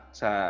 sa